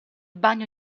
bagno